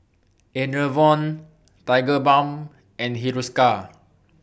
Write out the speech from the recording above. Enervon Tigerbalm and Hiruscar